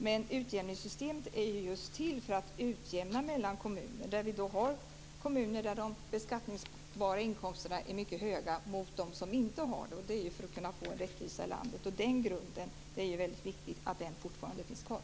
Men utjämningssystem är ju just till för att utjämna mellan kommuner där de beskattningsbara inkomsterna är mycket höga och kommuner där de inte är det. Det är för att kunna få rättvisa i landet. Det är ju väldigt viktigt att den grunden fortfarande finns kvar.